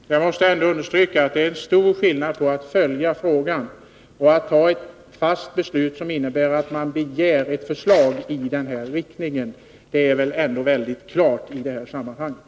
Herr talman! Jag måste ändå understryka att det är stor skillnad mellan att följa en fråga och att fatta ett fast beslut som innebär att man begär ett förslag i den här riktningen. Det måste väl vara helt klart i det här sammanhanget.